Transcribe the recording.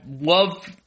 love